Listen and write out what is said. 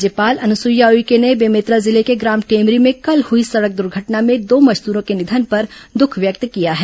राज्यपाल अनुसुईया उइके ने बेमेतरा जिले के ग्राम टेमरी में कल हुई सड़क दुर्घटना में दो मजदूरों के निधन पर दुख व्यक्त किया है